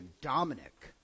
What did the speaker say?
Dominic